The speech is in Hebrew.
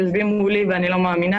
יושבים מולי ואני לא מאמינה